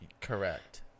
Correct